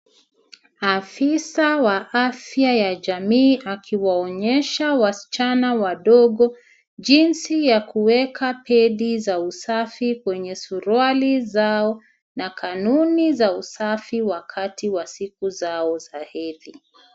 Afisa wa afya ya jamii akiwaonyesha wasichana wadogo jinsi ya kuweka pedi za usafi kwenye suruali zao, na kanuni za usafi za wakati wa siku zao za hedhi.